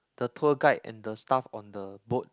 the tour guide and the staff on the boat